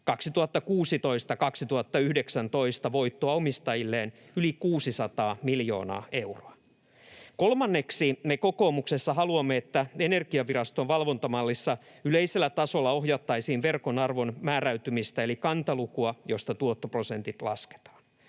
2016—2019 voittoa omistajilleen yli 600 miljoonaa euroa. Kolmanneksi me kokoomuksessa haluamme, että Energiaviraston valvontamallissa yleisellä tasolla ohjattaisiin verkon arvon määräytymistä eli kantalukua, josta tuottoprosentit lasketaan.